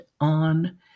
on